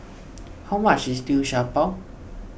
how much is Liu Sha Bao